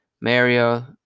Mario